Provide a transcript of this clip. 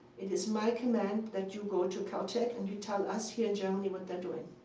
it is my command that you go to caltech and you tell us here in germany what they're doing.